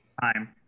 time